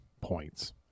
points